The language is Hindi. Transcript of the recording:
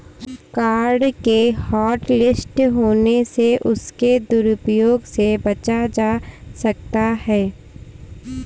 कार्ड के हॉटलिस्ट होने से उसके दुरूप्रयोग से बचा जा सकता है